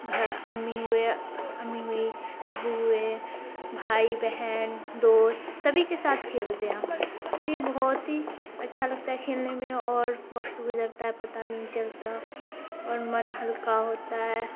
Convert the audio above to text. گھر امی ہوئے امی ہوئی ابو ہوئے بھائی بہن دوست سبھی کے ساتھ کھیلتے ہیں ہم تو یہ بہت ہی اچھا لگتا ہے کھیلنے میں اور وقت گزرتا ہے پتا بھی نہیں چلتا اور من ہلکا ہوتا ہے